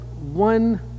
one